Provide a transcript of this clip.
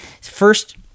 First